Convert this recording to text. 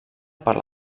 per